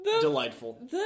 delightful